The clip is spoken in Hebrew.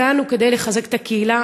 הגענו כדי לחזק את הקהילה,